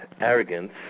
arrogance